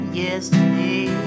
yesterday